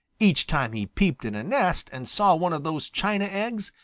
each time he peeped in a nest and saw one of those china eggs,